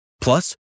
Plus